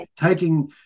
taking